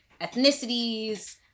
ethnicities